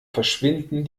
verschwinden